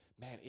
man